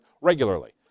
regularly